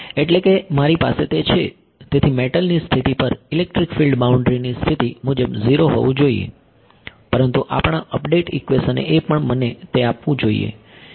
એટલે કે મારી પાસે તે છે તેથી મેટલની સ્થિતિ પર ઇલેક્ટ્રિક ફિલ્ડ બાઉન્ડ્રી ની સ્થિતિ મુજબ 0 હોવું જોઈએ પરંતુ આપણા અપડેટ ઇક્વેશન એ પણ મને તે આપવું જોઈએ